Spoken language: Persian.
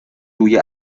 روی